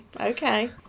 okay